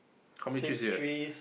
how many chairs you have